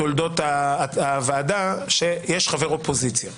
בתולדות הוועדה עשינו הסדר שיש חבר אופוזיציה.